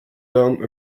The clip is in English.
down